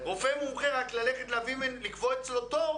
רופא מומחה רק ללכת לקבוע אצלו תור,